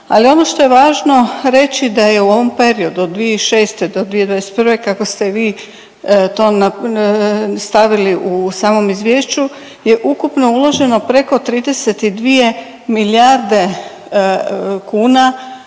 Ali ono što je važno reći da je u ovom periodu od 2006. do 2021., kako ste vi to stavili u samom izvješću, je ukupno uloženo preko 32 milijarde kuna